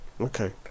Okay